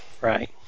Right